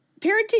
Parenting